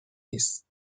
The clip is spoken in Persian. نیست